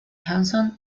hanson